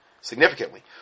significantly